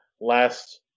last